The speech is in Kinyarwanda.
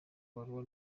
barua